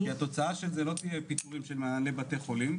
כי התוצאה של זה לא תהיה פיטורים של מנהלי בתי חולים,